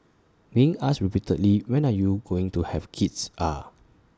being asked repeatedly when are you going to have kids ah